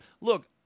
Look